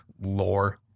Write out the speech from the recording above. lore